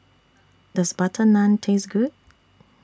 Does Butter Naan Taste Good